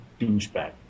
Douchebag